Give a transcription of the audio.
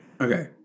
Okay